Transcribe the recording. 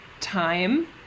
time